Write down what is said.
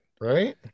Right